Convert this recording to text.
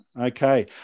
Okay